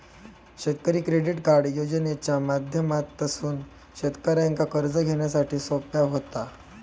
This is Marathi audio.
शेतकरी क्रेडिट कार्ड योजनेच्या माध्यमातसून शेतकऱ्यांका कर्ज घेण्यासाठी सोप्या व्हता